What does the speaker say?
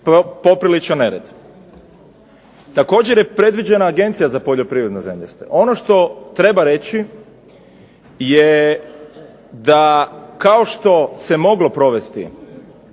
popriličan nered. Također je predviđena Agencija za poljoprivredno zemljište. Ono što treba reći je da kao što se moglo provesti